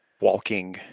walking